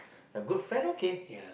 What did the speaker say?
have good friend okay